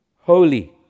Holy